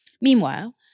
Meanwhile